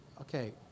okay